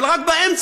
אבל רק באמצע,